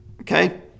Okay